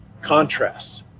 contrast